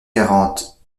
quarante